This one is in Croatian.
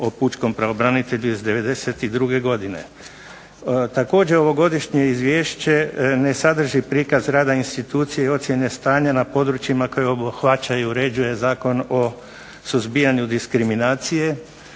ovogodišnje izvješće ne sadrži prikaz rada institucija i ocjene stanja na područjima koje obuhvaća i uređuje Zakon o suzbijanju diskriminacije,